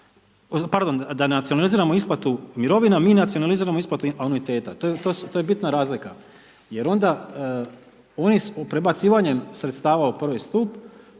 pardon, da nacionaliziramo isplatu mirovina mi nacionaliziramo isplatu anuiteta, to je bitna razlika jer onda oni s prebacivanjem sredstava u I. stup